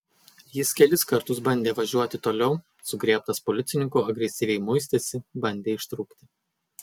jis kelis kartus bandė važiuoti toliau sugriebtas policininkų agresyviai muistėsi bandė ištrūkti